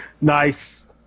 Nice